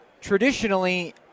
traditionally